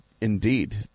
Indeed